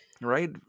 Right